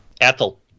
Ethel